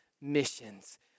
missions